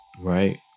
Right